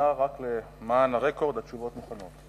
רצוני לשאול: